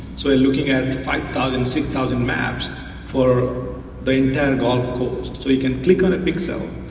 so looking at five thousand six thousand maps for the entire gulf coast, so you can click on a pixel,